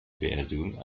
beerdigung